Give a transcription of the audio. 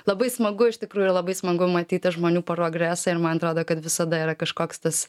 labai smagu iš tikrųjų labai smagu matyti žmonių progresą ir man atrodo kad visada yra kažkoks tas